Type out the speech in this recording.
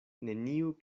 neniu